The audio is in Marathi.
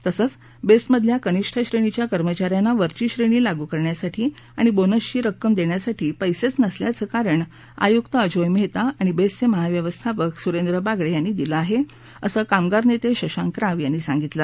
तसंच बेस्टमधल्या कनिष्ठ श्रेणीच्या कर्मचाऱ्यांना वरची श्रेणी लागू करण्यासाठी आणि बोनसची रक्कम देण्यासाठी पैसेच नसल्याचं कारण आयुक अजोय मेहता आणि बेस्टचे महाव्यवस्थापक सुरेंद्र बागडे यांनी दिलं आहे असं कामगार नेते शशांक राव यांनी सांगितलं